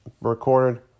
recorded